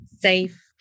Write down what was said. safe